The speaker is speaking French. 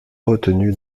retenues